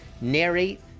narrate